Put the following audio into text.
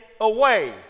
away